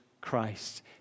Christ